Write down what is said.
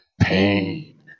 Pain